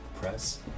Press